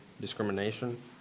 discrimination